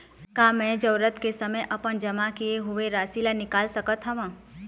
का मैं जरूरत के समय अपन जमा किए हुए राशि ला निकाल सकत हव?